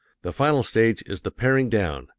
the final stage is the paring down,